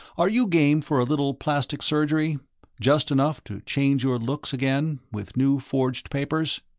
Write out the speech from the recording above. are you game for a little plastic surgery just enough to change your looks again, with new forged papers?